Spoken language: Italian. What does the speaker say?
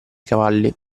cavalli